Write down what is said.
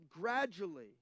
gradually